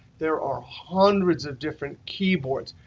there are hundreds of different keyboards.